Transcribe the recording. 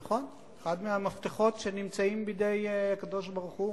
נכון, אחד מהמפת"חות שנמצאים בידי הקדוש-ברוך-הוא.